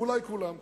ואולי כולם כאן,